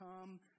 come